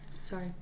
sorry